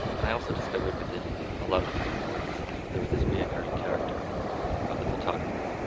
and i also discovered within a lot of these reports that there was this reoccurring character of the photographer